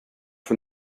von